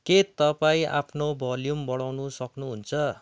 के तपाईँ आफ्नो भोल्युम बढाउनु सक्नुहुन्छ